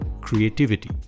Creativity